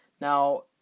Now